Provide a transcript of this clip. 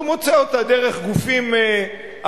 אז הוא מוצא אותה דרך גופים אחרים.